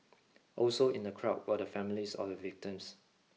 also in the crowd were the families or the victims